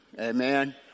Amen